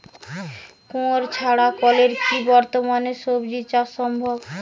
কুয়োর ছাড়া কলের কি বর্তমানে শ্বজিচাষ সম্ভব?